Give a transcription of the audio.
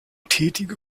tätige